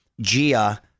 Gia